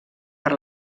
per